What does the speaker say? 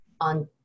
on